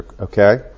okay